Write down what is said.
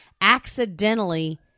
accidentally